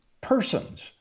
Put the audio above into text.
persons—